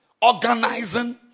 organizing